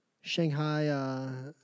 Shanghai